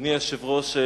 אדוני היושב-ראש,